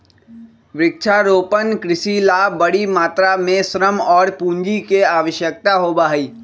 वृक्षारोपण कृषि ला बड़ी मात्रा में श्रम और पूंजी के आवश्यकता होबा हई